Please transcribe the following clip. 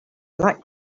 like